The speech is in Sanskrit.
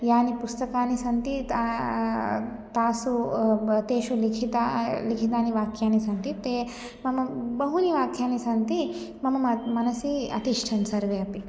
यानि पुस्तकानि सन्ति ता तासु ब् तेषु लिखिता लिखितानि वाक्यानि सन्ति ते मम बहूनि वाक्यानि सन्ति मम म मनसि अतिष्ठन् सर्वे अपि